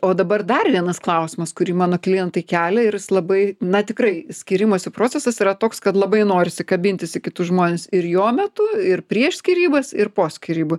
o dabar dar vienas klausimas kurį mano klientai kelia ir jis labai na tikrai skyrimosi procesas yra toks kad labai norisi kabintis į kitus žmones ir jo metu ir prieš skyrybas ir po skyrybų